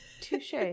Touche